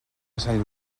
sant